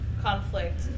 conflict